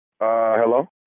Hello